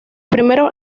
primeros